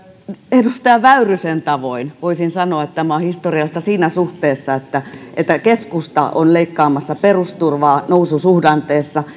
edustaja väyrysen tavoin voisin sanoa että tämä on historiallista siinä suhteessa että että keskusta on leikkaamassa perusturvaa noususuhdanteessa